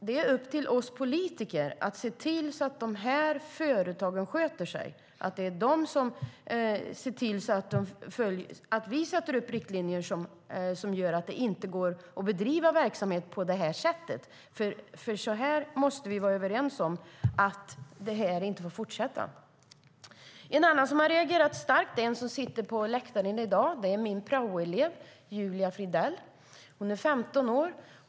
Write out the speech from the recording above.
Det är upp till oss politiker att se till att de här företagen sköter sig och sätta upp riktlinjer som gör att det inte går att bedriva verksamhet på det här sättet, för vi måste vara överens om att det här inte får fortsätta. En annan som har reagerat starkt sitter på läktaren i dag. Det är min praoelev Julia Fridell som är 15 år.